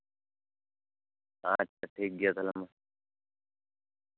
ᱟᱪᱪᱷᱟ ᱴᱷᱤᱠᱜᱮᱭᱟ ᱛᱟᱦᱚᱞᱮ ᱢᱟ